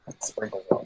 Sprinkle